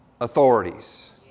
authorities